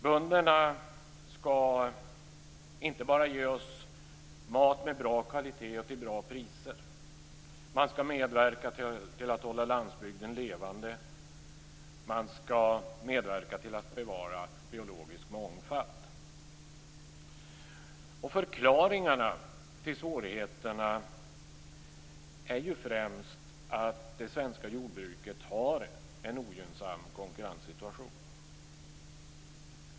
Bönderna skall inte bara ge oss mat av god kvalitet till bra priser. De skall också medverka till att hålla landsbygden levande. De skall medverka till att bevara biologisk mångfald. Förklaringarna till svårigheterna är ju främst att det svenska jordbruket har en ogynnsam konkurrenssituation.